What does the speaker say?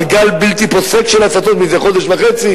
גל בלתי פוסק של הצתות מזה חודש וחצי"